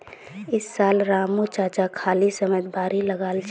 इस साल रामू चाचा खाली समयत बार्ली लगाल छ